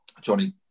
Johnny